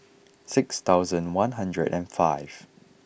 six thousand one hundred and five